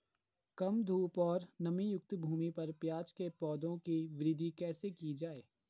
कम धूप और नमीयुक्त भूमि पर प्याज़ के पौधों की वृद्धि कैसे की जाए?